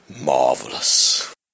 Marvelous